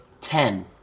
ten